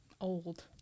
Old